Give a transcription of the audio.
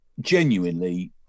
Genuinely